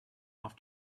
off